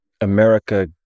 America